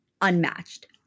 unmatched